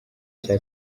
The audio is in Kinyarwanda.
cya